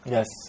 Yes